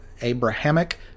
abrahamic